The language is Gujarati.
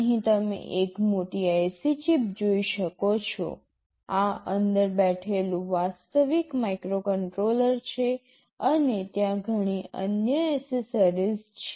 અહીં તમે એક મોટી IC ચિપ જોઈ શકો છો આ અંદર બેઠેલું વાસ્તવિક માઇક્રોકન્ટ્રોલર છે અને ત્યાં ઘણી અન્ય એક્સેસરીઝ છે